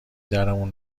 درمون